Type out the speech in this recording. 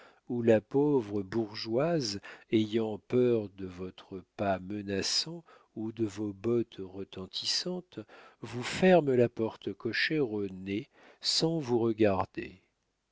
où la pauvre bourgeoise ayant peur de votre pas menaçant ou de vos bottes retentissantes vous ferme la porte cochère au nez sans vous regarder